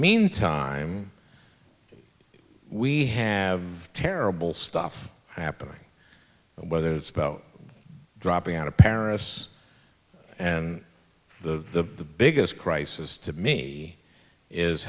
meantime we have terrible stuff happening whether it's about dropping out of paris and the biggest crisis to me is